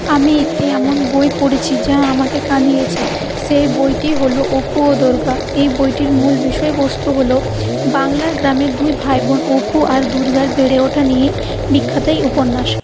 আমি একটি এমন বই পড়েছি যা আমাকে কাঁদিয়েছে সে বইটি হল অপু ও দুর্গা এই বইটির মূল বিষয়বস্তু হলো বাংলার গ্রামের দুই ভাই বোন অপু আর দুর্গার বেড়ে ওঠা নিয়েই বিখ্যাত এই উপন্যাস